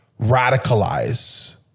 radicalize